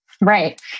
Right